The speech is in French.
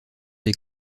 des